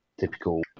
typical